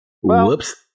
Whoops